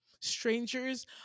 Strangers